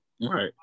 Right